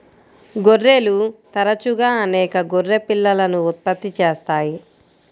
గొర్రెలు తరచుగా అనేక గొర్రె పిల్లలను ఉత్పత్తి చేస్తాయి